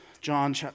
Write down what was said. John